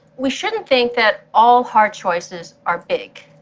we shouldn't think that all hard choices are big.